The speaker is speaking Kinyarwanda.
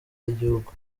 y’igihugu